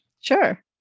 Sure